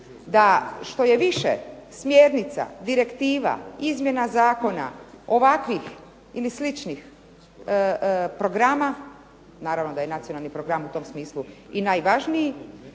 da što je više smjernica, direktiva, izmjena zakona, ovakvih ili sličnih programa, naravno da je nacionalni program u tom smislu i najvažniji,